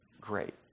great